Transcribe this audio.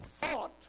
fought